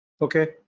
Okay